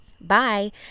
Bye